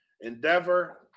Endeavor